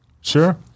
sure